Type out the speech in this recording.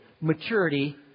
maturity